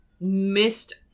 missed